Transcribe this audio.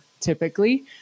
typically